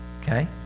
Okay